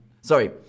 Sorry